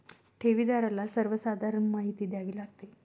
ठेवीदाराला सर्वसाधारण माहिती द्यावी लागते